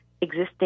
existing